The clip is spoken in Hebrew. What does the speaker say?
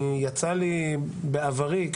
אני יצא לי בעברי,